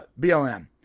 BLM